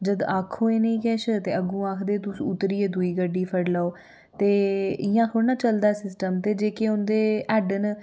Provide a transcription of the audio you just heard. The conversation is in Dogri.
जद् आक्खो इ'नें गी किश ते अग्गूं आखदे तुस उतरियै दुई गड्डी फड़ी लैओ ते इयां थोह्ड़े ना चलदा सिस्टम ते जेह्के उं'दे हैड न